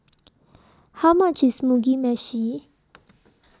How much IS Mugi Meshi